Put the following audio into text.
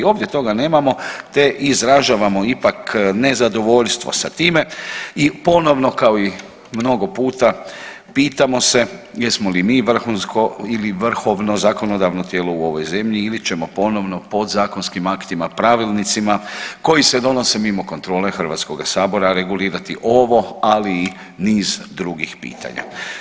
Ovdje toga nemamo te izražavamo ipak nezadovoljstvo sa time i ponovno kao i mnogo puta pitamo se jesmo li mi vrhunsko ili vrhovno zakonodavno tijelo u ovoj zemlji ili ćemo ponovno podzakonskim aktima, pravilnicima koji se donose mimo kontrole HS regulirati ovo, ali i niz drugih pitanja.